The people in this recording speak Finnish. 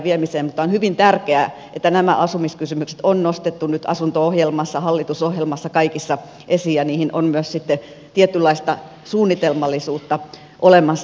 mutta on hyvin tärkeää että nämä asumiskysymykset on nostettu nyt asunto ohjelmassa hallitusohjelmassa kaikissa esiin ja niihin on myös sitten tietynlaista suunnitelmallisuutta olemassa